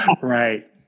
Right